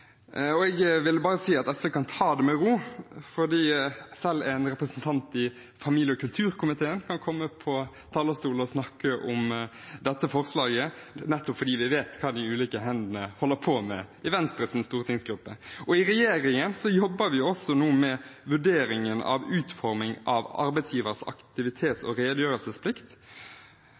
Jeg vil bare si at SV kan ta det med ro, for selv en representant fra familie- og kulturkomiteen kan komme på talerstolen og snakke om dette forslaget, nettopp fordi vi vet hva de ulike hendene holder på med i Venstres stortingsgruppe. Regjeringen jobber også nå med vurderingen av utforming av arbeidsgiveres aktivitets- og redegjørelsesplikt,